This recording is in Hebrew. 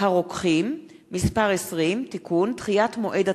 הרוקחים (מס' 20) (תיקון) (דחיית מועד התחילה),